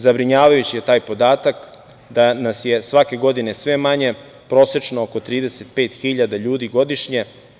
Zabrinjavajući je taj podatak, da nas je svake godine sve manje, prosečno oko 35.000 ljudi godišnje.